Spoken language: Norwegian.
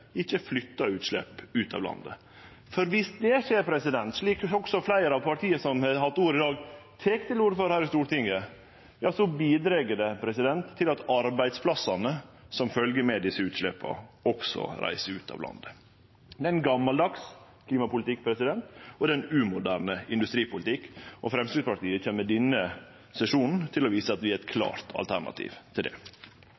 ikkje flytte utslepp ut av landet. For dersom det skjer, slik også fleire av dei partia som har hatt ordet i dag, tek til orde for her i Stortinget, bidreg det til at arbeidsplassane som følgjer med desse utsleppa, også reiser ut av landet. Det er ein gammaldags klimapolitikk, og det er ein umoderne industripolitikk, og Framstegspartiet kjem i denne sesjonen til å vise at vi er eit